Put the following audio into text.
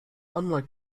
unlike